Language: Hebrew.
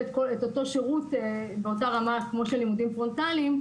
את אותו שירות באותה רמה כמו של לימודים פרונטליים,